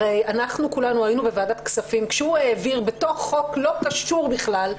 הרי אנחנו כולנו היינו בוועדת כספים כשהוא העביר בתוך חוק לא קשור בכלל,